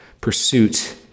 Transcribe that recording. Pursuit